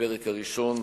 לפרק הראשון,